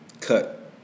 cut